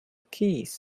keys